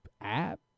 app